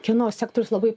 kino sektorius labai